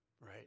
Right